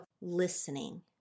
listening